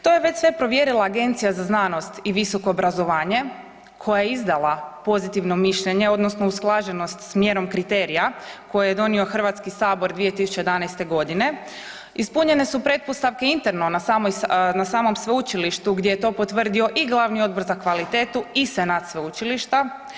To je već sve provjerila Agencija za znanost i visoko obrazovanje koja je izdala pozitivno mišljenje odnosno usklađenost s mjerom kriterija koje je donio Hrvatski sabor 2011. godine, ispunjene su pretpostavke interno na samom sveučilištu gdje je to potvrdio i glavni odbor za kvalitetu i senat sveučilišta.